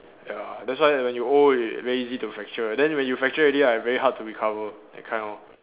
ya that's why when you old already very easy to fracture then when you fracture already right very hard to recover that kind lor